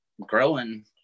growing